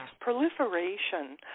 proliferation